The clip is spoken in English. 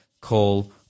call